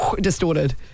distorted